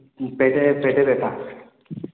পেটে পেটে ব্যথা